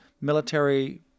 military